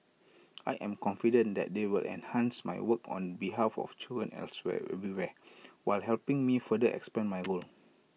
I am confident that they will enhance my work on behalf of children elsewhere everywhere while helping me further expand my role